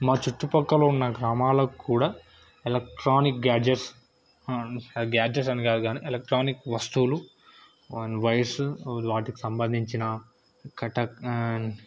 మా చుట్టు ప్రక్కల ఉన్న గ్రామాలకు కూడా ఎలక్ట్రానిక్ గ్యాడ్జెట్స్ గ్యాడ్జెట్స్ అని కాదు కానీ ఎలక్ట్రానిక్ వస్తువులు అండ్ వైర్స్ వాటికి సంబంధించిన కటక్ అండ్